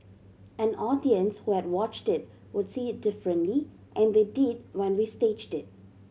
an audience who had watched it would see it differently and they did when we staged it